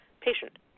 patient